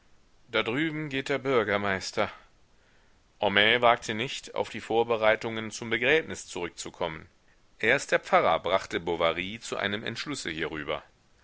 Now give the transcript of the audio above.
da drüben geht der bürgermeister homais wagte nicht auf die vorbereitungen zum begräbnis zurückzukommen erst der pfarrer brachte bovary zu einem entschlusse hierüber